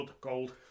gold